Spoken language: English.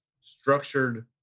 structured